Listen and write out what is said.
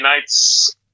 nights